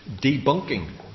debunking